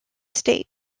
state